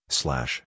slash